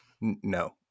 No